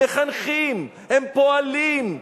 הם מחנכים, הם פועלים,